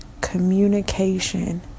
communication